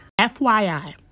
FYI